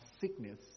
sickness